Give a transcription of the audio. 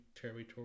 territory